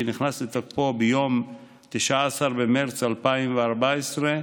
שנכנס לתוקפו ביום 19 במרץ 2014,